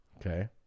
Okay